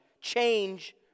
change